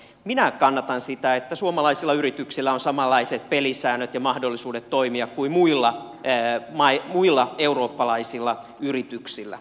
minä kannatan sitä että suomalaisilla yrityksillä on samanlaiset pelisäännöt ja mahdollisuudet toimia kuin muilla eurooppalaisilla yrityksillä